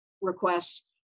requests